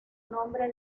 nombre